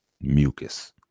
Mucus